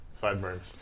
Sideburns